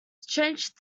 strange